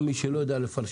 גם מי שלא יודע לפרשן